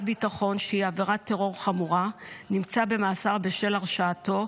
ביטחון שהיא עבירת טרור חמורה נמצא במאסר בשל הרשעתו,